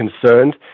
concerned